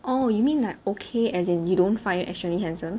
oh you mean like okay as in you don't find him actually handsome